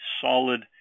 solid